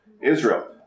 Israel